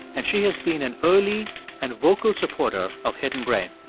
and she has been an early and vocal supporter of hidden brain.